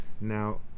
Now